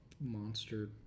monster